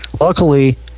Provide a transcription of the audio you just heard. Luckily